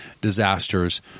disasters